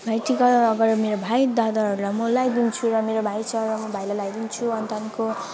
भाइटिका अगाडि मेरो भाइ दादाहरूलाई म लाइदिन्छु र मेरो भाइ छ र म भाइलाई लाइदिन्छु अनि त तपाईँको